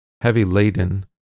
heavy-laden